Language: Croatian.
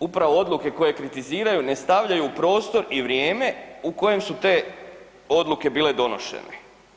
upravo odluke koje kritiziraju ne stavljaju u prostor i vrijeme u kojem su te odluke bile donošene.